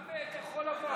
גם כחול לבן.